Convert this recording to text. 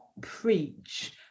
preach